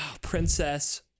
Princess